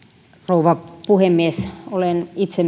rouva puhemies olen myös itse